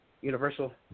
universal